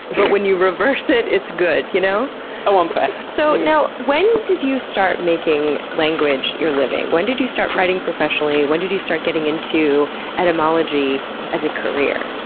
but when you reverse it, it's good. you know? it's so unfair. so, now when did you start making language your living? when did you start writing professionally? when did you start getting into etymology as a career?